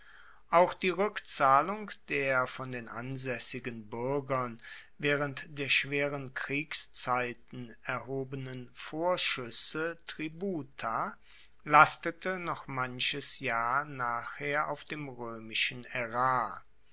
auch die rueckzahlung der von den ansaessigen buergern waehrend der schweren kriegszeiten erhobenen vorschuesse tributa lastete noch manches jahr nachher auf dem roemischen